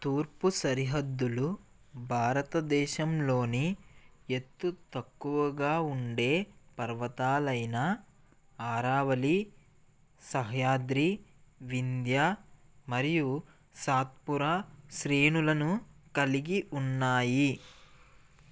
తూర్పు సరిహద్దులు భారతదేశంలోని ఎత్తు తక్కువగా ఉండే పర్వతాలైన ఆరావళి సహయాద్రి వింధ్య మరియు సాత్పురా శ్రేణులను కలిగి ఉన్నాయి